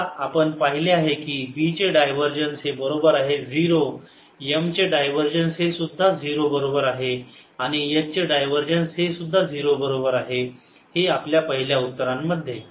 आता आपण पाहिले आहे की B चे डायवरजन्स हे बरोबर आहे 0 M चे डायवरजन्स हे सुद्धा बरोबर आहे 0 आणि H चे डायवरजन्स हे बरोबर आहे 0 हे आपल्या पहिल्या उत्तरांमध्ये